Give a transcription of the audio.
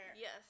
Yes